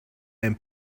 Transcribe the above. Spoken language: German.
ein